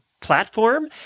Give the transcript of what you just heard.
platform